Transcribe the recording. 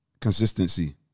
consistency